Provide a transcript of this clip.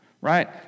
Right